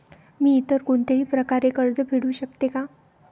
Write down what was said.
मी इतर कोणत्याही प्रकारे कर्ज फेडू शकते का?